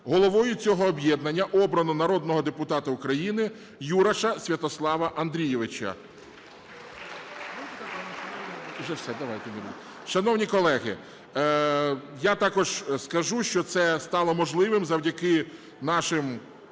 Головою цього об'єднання обрано народного депутата України Юраша Святослава Андрійовича.